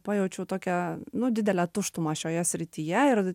pajaučiau tokią nu didelę tuštumą šioje srityje ir